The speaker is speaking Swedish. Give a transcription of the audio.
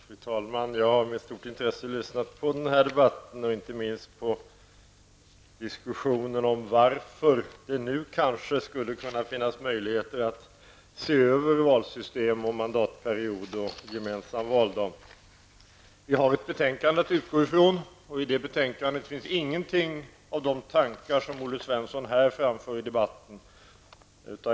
Fru talman! Jag har med stort intresse lyssnat på den här debatten, inte minst på diskussionen om varför det nu kanske skulle kunna finnas möjligheter att se över valsystem, mandatperiod och gemensam valdag. Vi har ett betänkande att utgå ifrån, och i det finns ingenting av de tankar som Olle Svensson har framfört i debatten.